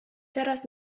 teraz